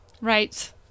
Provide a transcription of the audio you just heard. Right